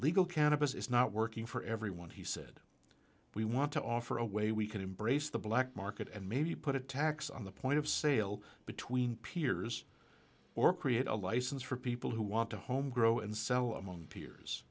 legal cannabis is not working for everyone he said we want to offer a way we can embrace the black market and maybe put a tax on the point of sale between peers or create a license for people who want to home grow and sell among peers